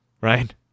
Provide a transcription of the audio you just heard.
right